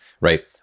right